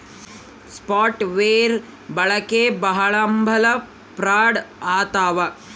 soft wear ಬಳಕೆ ಒಳಹಂಭಲ fraud ಆಗ್ತವ